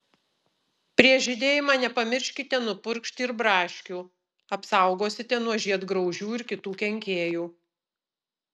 prieš žydėjimą nepamirškite nupurkšti ir braškių apsaugosite nuo žiedgraužių ir kitų kenkėjų